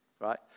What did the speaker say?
Right